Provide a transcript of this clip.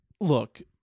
Look